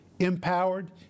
empowered